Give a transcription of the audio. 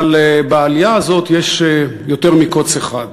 אבל באליה הזאת יש יותר מקוץ אחד.